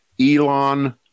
Elon